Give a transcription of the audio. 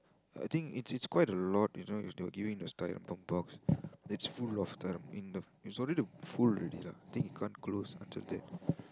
I think it's it's quite a lot you know giving this style of box it's full of time lah in the it's already full already lah think you can't close until that